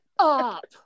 up